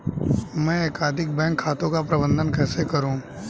मैं एकाधिक बैंक खातों का प्रबंधन कैसे करूँ?